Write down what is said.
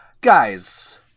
guys